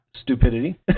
stupidity